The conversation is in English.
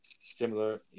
similar